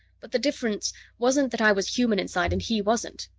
but the difference wasn't that i was human inside and he wasn't.